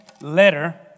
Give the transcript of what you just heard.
letter